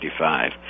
1955